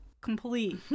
Complete